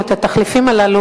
או את התחליפים הללו,